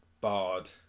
bard